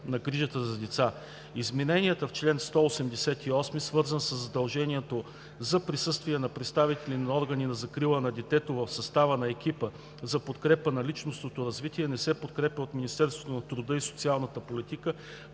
на грижата за деца. Измененията в чл. 188, свързани със задължението за присъствие на представители на органите за закрила на детето в състава на екипа за подкрепа за личностно развитие, не се подкрепя от Министерството на труда и социалната политика,